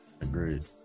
Agreed